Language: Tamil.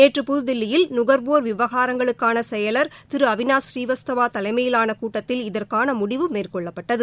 நேற்று புதுதில்லியில் நுகர்வோர் விவகாரங்களுக்கான செயலர் திரு அவினாஷ் பூநீவஸ்தவா தலைமையிலான கூட்டத்தில் இதற்கான முடிவு மேற்கொள்ளப்பட்டது